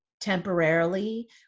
temporarily